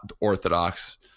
orthodox